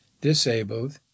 disabled